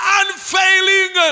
unfailing